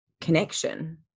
connection